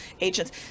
agents